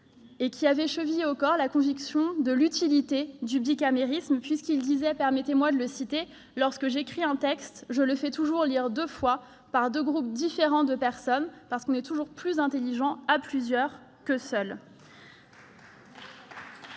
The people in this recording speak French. fait qu'il avait, chevillée au corps, la conviction de l'utilité du bicamérisme, puisqu'il disait, permettez-moi de le citer :« Lorsque j'écris un texte, je le fais toujours lire deux fois par deux groupes différents de personnes, parce qu'on est toujours plus intelligent à plusieurs que seul. »